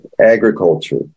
agriculture